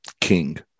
king